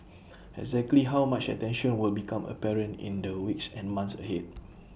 exactly how much attention will become apparent in the weeks and months ahead